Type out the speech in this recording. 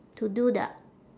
to do the